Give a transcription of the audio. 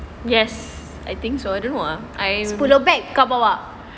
yes I think so I don't know ah I